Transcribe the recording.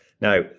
Now